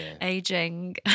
aging